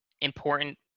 important